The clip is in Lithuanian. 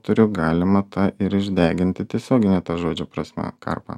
turiu galima tą ir išdeginti tiesiogine to žodžio prasme karpą